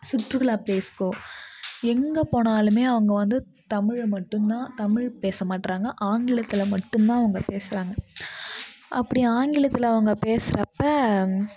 சுற்றுலா ப்ளேஸ்க்கோ எங்கே போனாலும் அவங்க வந்து தமிழை மட்டும் தான் தமிழ் பேச மாட்டறாங்க ஆங்கிலத்தில் மட்டும் தான் அவங்க பேசுகிறாங்க அப்படி ஆங்கிலத்தில் அவங்க பேசுகிறப்ப